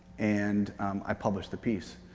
and i published the piece.